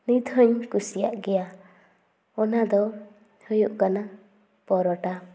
ᱱᱤᱛ ᱦᱚᱧ ᱠᱩᱥᱤᱭᱟᱜ ᱜᱮᱭᱟ ᱚᱱᱟ ᱫᱚ ᱦᱩᱭᱩᱜ ᱠᱟᱱᱟ ᱯᱚᱨᱚᱴᱟ